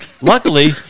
Luckily